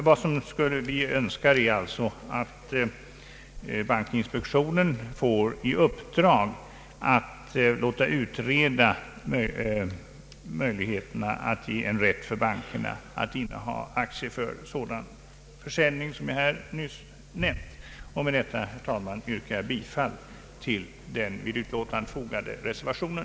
Vi reservanter önskar följaktligen att bankinspektionen får i uppdrag att utreda möjligheterna att ge rätt till bankerna att inneha aktier för sådan försäljning som jag nyss nämnt. Med detta yrkar jag bifall till den vid utlåtandet fogade reservationen.